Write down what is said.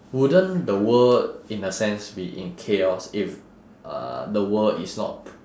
wouldn't the world in a sense be in chaos if uh the world is not